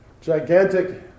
gigantic